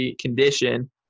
condition